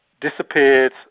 disappeared